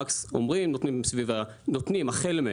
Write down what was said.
מקס נותנים החל מ-,